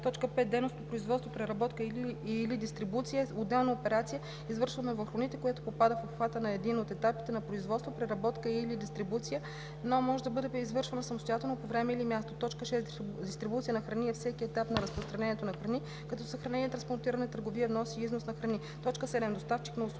и др. 5. „Дейност по производство, преработка и/или дистрибуция“ е отделна операция, извършвана върху храните, която попада в обхвата на един от етапите на производство, преработка и/или дистрибуция, но може да бъде извършвана самостоятелно по време или място. 6. „Дистрибуция на храни“ е всеки етап на разпространението на храни като съхранение, транспортиране, търговия, внос и износ на храни. 7. „Доставчик на услуги“